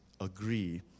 agree